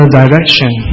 direction